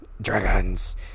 dragons